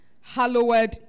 hallowed